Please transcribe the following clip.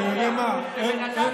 אתה תקבע את גבולות חופש הביטוי?